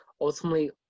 ultimately